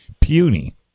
puny